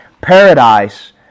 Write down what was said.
Paradise